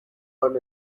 earn